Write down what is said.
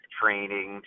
training